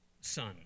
Son